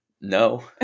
no